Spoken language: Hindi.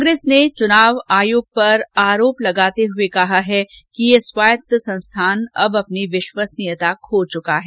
कांग्रेस ने चुनाव आयोग पर आरोप लगाते हुए कहा है कि ये स्वायत्त संस्थान अब अपनी विश्वसनीयता खो चुका है